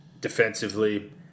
defensively